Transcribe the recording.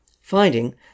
finding